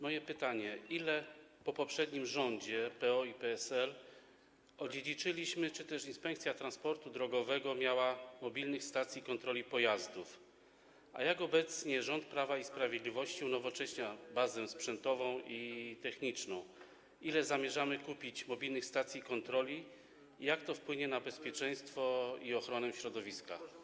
Moje pytanie: Ile po poprzednim rządzie PO i PSL odziedziczyliśmy czy też Inspekcja Transportu Drogowego miała mobilnych stacji kontroli pojazdów, a jak obecnie rząd Prawa i Sprawiedliwości unowocześnia bazę sprzętową i techniczną, ile zamierzamy kupić mobilnych stacji kontroli, jak to wpłynie na bezpieczeństwo i ochronę środowiska?